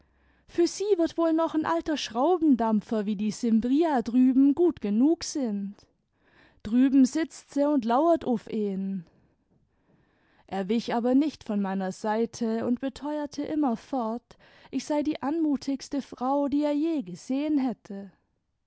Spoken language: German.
für sie wird wohl noch n alter schraubendampfer wie die cimbria drüben gut genug sind drüben sitzt se und lauert uff eenen er wich aber nicht von meiner seite und beteuerte immerfort ich sei die anmutigste frau die er je gesehen hätte